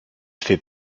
fait